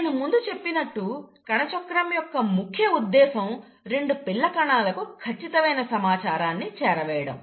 నేను ముందు చెప్పినట్టు కణచక్రం యొక్క ముఖ్య ఉద్దేశం రెండు పిల్ల కణాలకు ఖచ్చితమైన సమాచారాన్ని చేరవేయడం